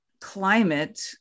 climate